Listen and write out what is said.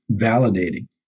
validating